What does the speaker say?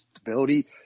stability